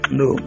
no